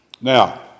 Now